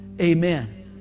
amen